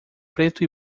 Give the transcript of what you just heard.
preto